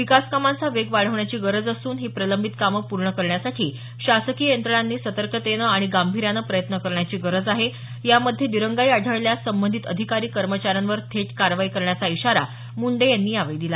विकास कामांचा वेग वाढण्याची गरज असून ही प्रलंबित कामे पूर्ण करण्यासाठी शासकीय यंत्रणांनी सतर्कतेनं आणि गांभीर्यानं प्रयत्न करण्याची गरज आहे यामध्ये दिरंगाई आढळल्यास संबंधित अधिकारी कर्मचाऱ्यांवर थेट कारवाई करण्याचा इशारा त्यांनी यावेळी दिला